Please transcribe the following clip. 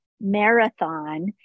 marathon